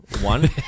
one